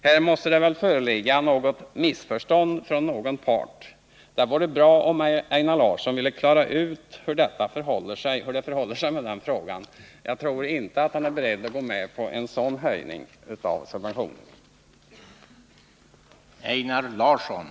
Här måste det väl föreligga ett missförstånd från någon part. Det vore bra om Einar Larsson ville klara ut hur det förhåller sig med denna fråga. Jag tror inte att han är beredd att gå med på en sådan höjning av subventionerna.